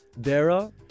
Dara